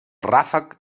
ràfec